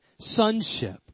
sonship